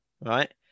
right